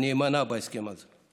אני אימנע, בהסכם הזה.